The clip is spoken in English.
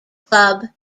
club